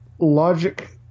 logic –